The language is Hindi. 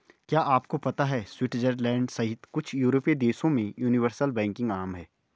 क्या आपको पता है स्विट्जरलैंड सहित कुछ यूरोपीय देशों में यूनिवर्सल बैंकिंग आम है?